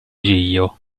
giglio